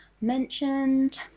mentioned